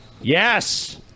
yes